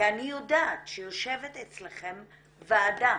כי אני יודעת שיושבת אצלכם ועדה